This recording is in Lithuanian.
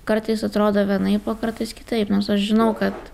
kartais atrodo vienaip o kartais kitaip nors aš žinau kad